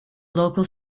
local